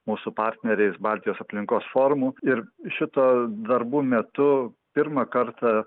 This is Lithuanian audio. mūsų partneriais baltijos aplinkos forumu ir šito darbų metu pirmą kartą